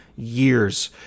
years